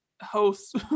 host